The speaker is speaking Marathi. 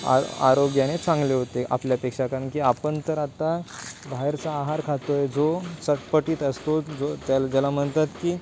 आ आरोग्याने चांगले होते आपल्यापेक्षा कारण की आपण तर आता बाहेरचा आहार खातोय जो चटपटित असतो जो त्याला त्याला म्हनतात की